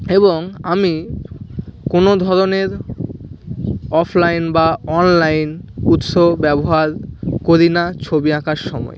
এবং আমি কোনো ধরনের অফলাইন বা অনলাইন উৎস ব্যবহার করি না ছবি আঁকার সময়